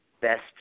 best